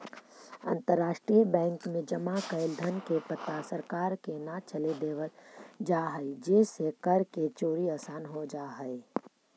अंतरराष्ट्रीय बैंक में जमा कैल धन के पता सरकार के न चले देवल जा हइ जेसे कर के चोरी आसान हो जा हइ